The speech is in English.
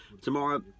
Tomorrow